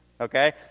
okay